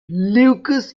lucas